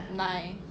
nine